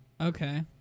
Okay